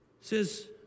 says